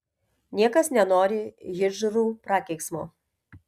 niekas nenori hidžrų prakeiksmo